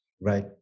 Right